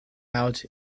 out